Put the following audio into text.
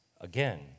again